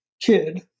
kid